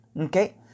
Okay